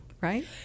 right